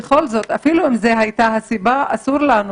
אפילו אם זו הייתה הסיבה, אסור לנו